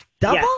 Double